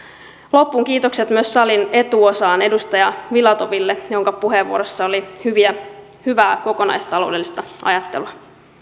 loppuun kiitokset myös salin etuosaan edustaja filatoville jonka puheenvuorossa oli hyvää kokonaistaloudellista ajattelua